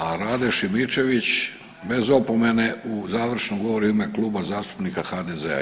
A Rade Šimičević bez opomene u završnom govoru u ime Kluba zastupnika HDZ-a.